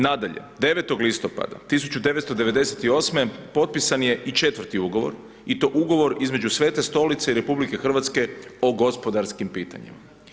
Nadalje, 9. listopada 1998. potpisan je i četvrti ugovor i to ugovor između Svete Stolice i RH o gospodarskim pitanjima.